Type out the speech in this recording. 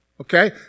Okay